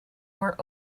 were